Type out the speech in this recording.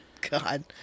God